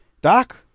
Doc